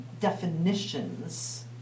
definitions